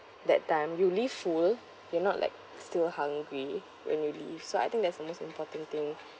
that time you leave full you're not like still hungry when you leave so I think that's the most important thing